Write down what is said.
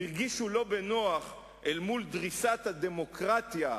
הרגישו לא בנוח אל מול דריסת הדמוקרטיה,